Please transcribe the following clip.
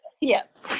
Yes